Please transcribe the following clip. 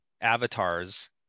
avatars